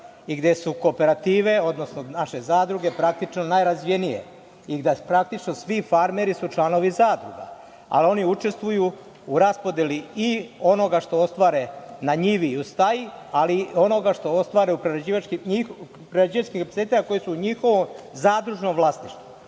i gde su kooperative, odnosno naše zadruge, praktično najrazvijenije, i da praktično svi farmeri su članovi zadruga, ali oni učestvuju u raspodeli i onoga što ostvare na njivi i u staji, ali i onoga što ostvare u prerađivačkim centrima koji su njihovo zadružno vlasništvo? Šta